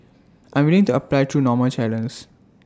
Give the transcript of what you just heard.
I'm willing to apply through normal channels